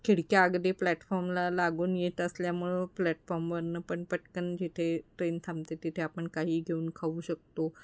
खिडक्या अगदी प्लॅटफॉर्मला लागून येत असल्यामुळं प्लॅटफॉर्मवरून पण पटकन जिथे ट्रेन थांबते तिथे आपण काही घेऊन खाऊ शकतो